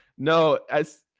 no, as